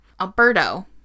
Alberto